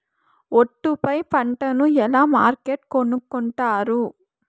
ఒట్టు పై పంటను ఎలా మార్కెట్ కొనుక్కొంటారు?